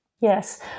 Yes